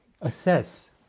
assess